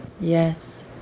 Yes